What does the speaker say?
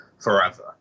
forever